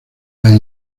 las